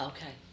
Okay